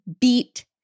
beat